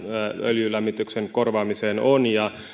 öljylämmityksen korvaamiseen on